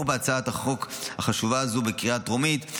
בהצעת החוק החשובה הזאת בקריאה הטרומית,